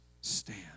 stand